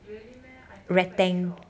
really meh I thought quite short